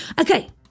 Okay